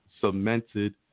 cemented